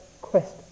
quest